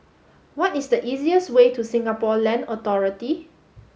what is the easiest way to Singapore Land Authority